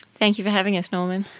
thank you for having us, norman.